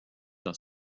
dans